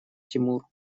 тимур